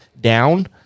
down